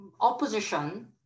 opposition